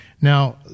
Now